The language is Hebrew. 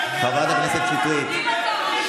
חברת הכנסת שטרית.